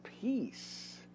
peace